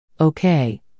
Okay